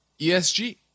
ESG